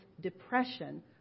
depression